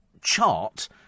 chart